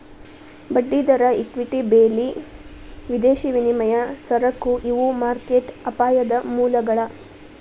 ಬಡ್ಡಿದರ ಇಕ್ವಿಟಿ ಬೆಲಿ ವಿದೇಶಿ ವಿನಿಮಯ ಸರಕು ಇವು ಮಾರ್ಕೆಟ್ ಅಪಾಯದ ಮೂಲಗಳ